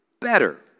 better